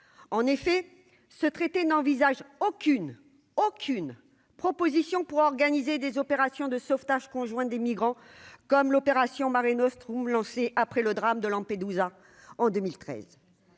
en effet, ce traité n'envisage aucune, aucune proposition pour organiser des opérations de sauvetage conjoint des migrants comme l'opération Marée Nostrum lancé après le drame de lampes et 12